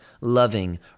loving